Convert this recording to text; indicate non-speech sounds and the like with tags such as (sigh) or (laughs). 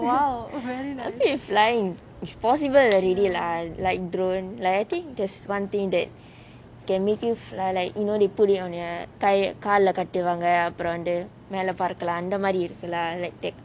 (laughs) I feel if flying it's possible already lah like drones like I think that's one thing that can make you fly like you know they put it on the கால கட்டுவாங்க அப்புறம் வந்து மேல பறக்கலாம் அந்த மாரி இருக்கு:kaala katuvaangae apuram vanthu mela parakalam antha maari iruku leh